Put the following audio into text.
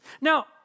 Now